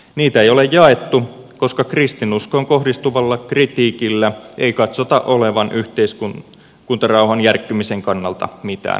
niitä ei ole jaettu koska kristinuskoon kohdistuvalla kritiikillä ei katsota olevan yhteiskuntarauhan järkkymisen kannalta mitään merkitystä